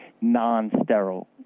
non-sterile